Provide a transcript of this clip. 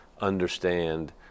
understand